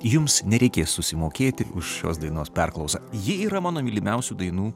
jums nereikės susimokėti už šios dainos perklausą ji yra mano mylimiausių dainų